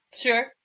Sure